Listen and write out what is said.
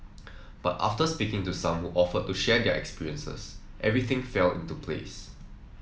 but after speaking to some who offered to share their experiences everything fell into place